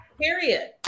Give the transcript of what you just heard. Period